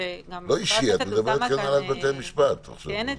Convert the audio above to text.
אנחנו לאט לאט חושפים את העתיקות, בואו נעשה את זה